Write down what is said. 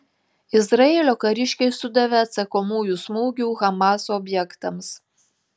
izraelio kariškiai sudavė atsakomųjų smūgių hamas objektams